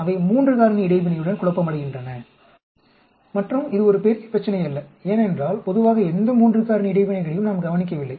அவை 3 காரணி இடைவினையுடன் குழப்பமடைகின்றன மற்றும் இது ஒரு பெரிய பிரச்சினை அல்ல ஏனென்றால் பொதுவாக எந்த 3 காரணி இடைவினைகளையும் நாம் கவனிக்கவில்லை